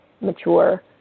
mature